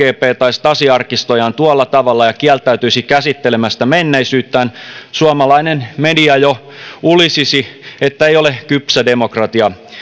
tai stasi arkistojaan tuolla tavalla ja kieltäytyisi käsittelemästä menneisyyttään suomalainen media jo ulisisi että ei ole kypsä demokratia